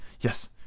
Yes